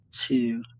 two